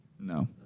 No